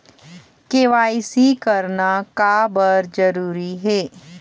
KYC करना का बर जरूरी हे?